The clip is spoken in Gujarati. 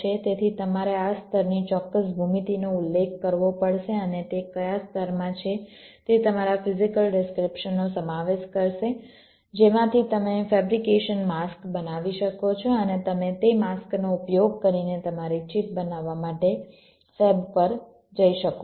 તેથી તમારે આ સ્તરની ચોક્કસ ભૂમિતિનો ઉલ્લેખ કરવો પડશે અને તે કયા સ્તરમાં છે તે તમારા ફિઝીકલ ડિસ્ક્રીપ્શનનો સમાવેશ કરશે જેમાંથી તમે ફેબ્રિકેશન માસ્ક બનાવી શકો છો અને તમે તે માસ્કનો ઉપયોગ કરીને તમારી ચિપ બનાવવા માટે ફેબ પર જઈ શકો છો